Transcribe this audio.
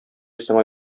сиңа